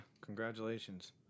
congratulations